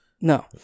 No